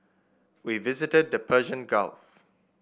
we visited the Persian Gulf